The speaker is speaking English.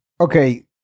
okay